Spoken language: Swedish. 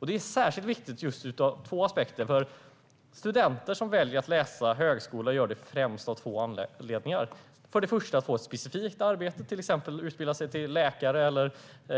Det här är särskilt viktigt utifrån två aspekter. Studenter som väljer att läsa på högskolan gör det främst av två anledningar. Antingen vill man ha ett specifikt arbete och utbildar sig exempelvis till läkare eller